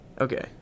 Okay